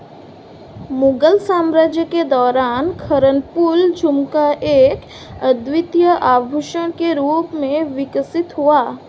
मुगल साम्राज्य के दौरान खरनपुल झुमका एक अद्वितीय आभूषण के रूप में विकसित हुआ